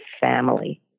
family